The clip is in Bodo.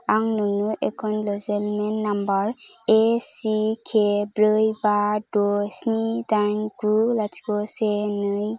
आं नोंनो एकनलेजमेन्ट नम्बर एसिके ब्रै बा द' स्नि दाइन गु लाथिख' से नै